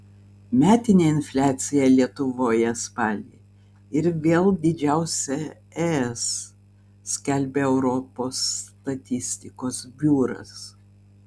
metinė infliacija lietuvoje spalį ir vėl didžiausia es skelbia europos statistikos biuras